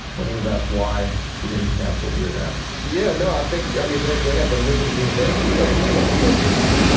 when he was asked why he didn't cancel the event yeah. no, i think. i mean, they they had the liberty university coach, which i mean, go figure.